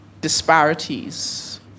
disparities